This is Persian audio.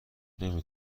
نمی